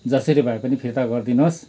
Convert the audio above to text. जसरी भए पनि फिर्ता गरिदिनुहोस्